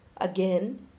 again